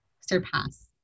surpass